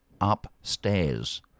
Upstairs